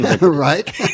right